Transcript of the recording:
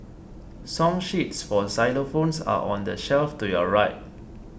song sheets for xylophones are on the shelf to your right